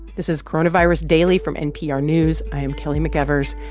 this is coronavirus daily from npr news. i'm kelly mcevers.